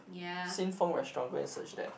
Sin Fong restaurant go and search that